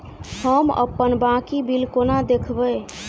हम अप्पन बाकी बिल कोना देखबै?